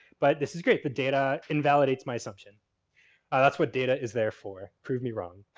but this is great. the data and validates my assumption that's what data is there for. prove me wrong.